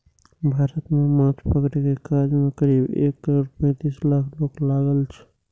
भारत मे माछ पकड़ै के काज मे करीब एक करोड़ पैंतालीस लाख लोक लागल छै